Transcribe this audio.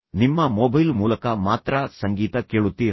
ನಿಮ್ಮ ಮೊಬೈಲ್ ಮೂಲಕ ಮಾತ್ರ ಸಂಗೀತ ಕೇಳುತ್ತೀರಾ